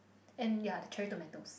and ya the cherry tomatoes